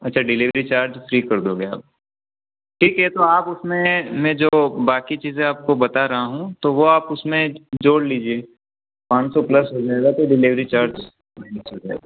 अच्छा delivery charge free कर दोगे आप ठीक है तो आप उसमें मैं जो बाकी चीज़ें आपको बता रहा हूँ वह आप उसमें जोड़ लिजिए पाँच सौ प्लस हो जाएगा तो डिलीवरी चार्ज